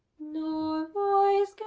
nor voice